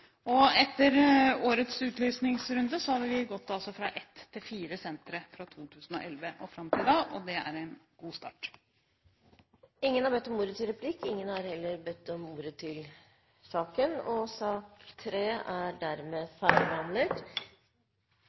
ambisjoner. Etter årets utlysingsrunde har vi altså gått fra ett til fire sentre fra 2011 og fram til nå, og det er en god start. Flere har ikke bedt om ordet til sak nr. 3. Etter ønske fra kirke-, utdannings- og forskningskomiteen vil presidenten foreslå at taletiden begrenses til 40 minutter og